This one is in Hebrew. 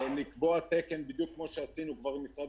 אפשר לקבוע תקן בדיוק כמו שעשינו עם משרד